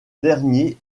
dernier